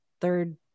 third